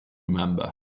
remember